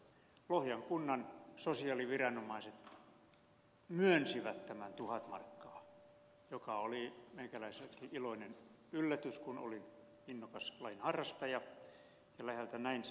lohjan kunnan sosiaaliviranomaiset myönsivät tämän tuhat markkaa joka oli meikäläisellekin iloinen yllätys kun olin innokas lajin harrastaja ja läheltä näin sen tilanteen